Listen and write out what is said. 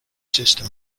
system